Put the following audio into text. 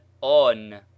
on